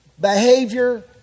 Behavior